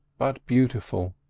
but beautiful,